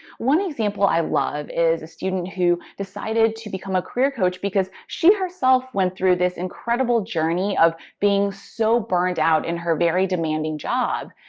one example i love is a student who decided to become a career coach because she, herself, went through this incredible journey of being so burned out in her very demanding job,